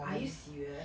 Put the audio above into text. are you serious